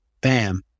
Bam